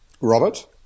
Robert